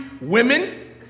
women